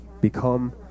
become